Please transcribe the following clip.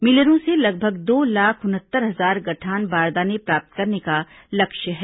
मिलरों से लगभग दो लाख उनहत्तर हजार गठान बारदाने प्राप्त करने का लक्ष्य है